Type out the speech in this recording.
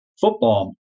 football